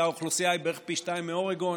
שהאוכלוסייה היא בערך פי שניים מאורגון,